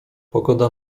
pogoda